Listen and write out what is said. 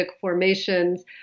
formations